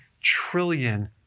trillion